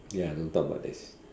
ya don't talk about this